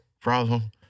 problem